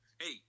Hey